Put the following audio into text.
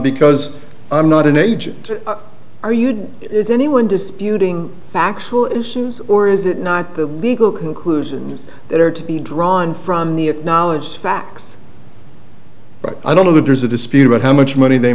because i'm not an agent are you is anyone disputing factual issues or is it not the legal conclusions that are to be drawn from the knowledge facts but i don't know that there's a dispute about how much money they